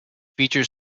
features